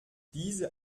diese